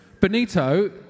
Benito